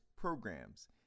programs